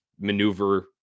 maneuver